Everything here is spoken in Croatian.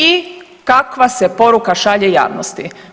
I kakva se poruka šalje javnosti?